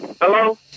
Hello